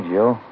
Joe